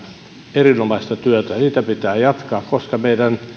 erinomaista työtä pitää jatkaa koska meidän